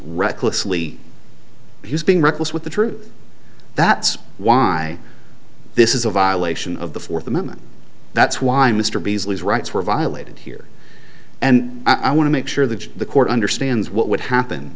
recklessly he's being reckless with the truth that's why this is a violation of the fourth amendment that's why mr beazley has rights were violated here and i want to make sure that the court understands what would happen